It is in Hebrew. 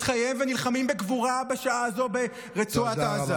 חיים ונלחמים בגבורה בשעה הזו ברצועת עזה?